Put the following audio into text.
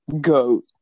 Goat